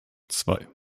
zwei